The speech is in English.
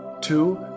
two